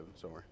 sorry